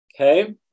Okay